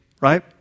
right